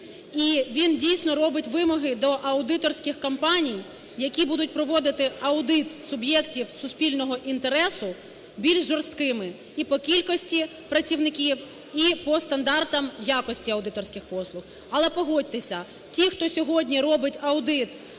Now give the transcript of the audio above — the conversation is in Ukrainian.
і він дійсно робить вимоги до аудиторських компаній, які будуть проводити аудит суб'єктів суспільного інтересу більш жорсткими і по кількості працівників, і по стандартам якості аудиторських послуг. Але погодьтеся, ті, хто сьогодні робить аудит